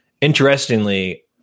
interestingly